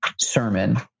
sermon